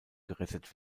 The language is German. gerettet